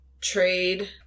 trade